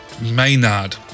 Maynard